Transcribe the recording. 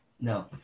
No